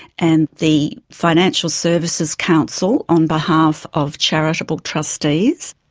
and the financial services council on behalf of charitable trustees.